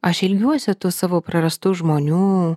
aš ilgiuosi tų savo prarastų žmonių